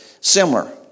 similar